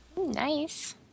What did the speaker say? Nice